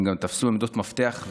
הם גם תפסו עמדות מפתח,